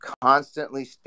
constantly